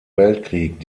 weltkrieg